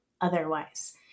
otherwise